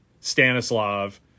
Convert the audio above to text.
Stanislav